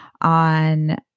on